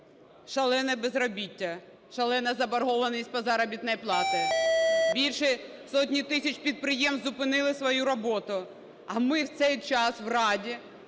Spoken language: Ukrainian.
шалене безробіття, шалена заборгованість по заробітній платі. Більше сотні тисяч підприємств зупинили свою роботу. А ми в цей час в Раді